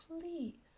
please